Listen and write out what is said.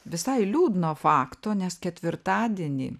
visai liūdno fakto nes ketvirtadienį